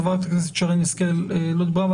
חברת הכנסת שרן השכל, לא דיברת.